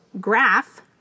graph